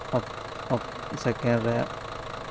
second ᱨᱮ